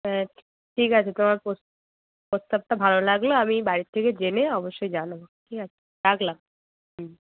হ্যাঁ ঠিক আছে তোমার পোস প্রস্তাবটা ভালো লাগলো আমি বাড়ির থেকে জেনে অবশ্যই জানাবো ঠিক আছে রাখলাম হুম